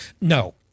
No